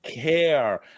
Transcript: care